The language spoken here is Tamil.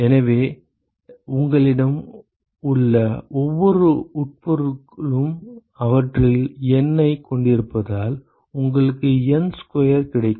எனவே உங்களிடம் உள்ள ஒவ்வொரு உட்பொருளும் அவற்றில் N ஐக் கொண்டிருப்பதால் உங்களுக்கு N ஸ்கொயர் கிடைக்கும்